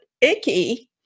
icky